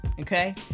okay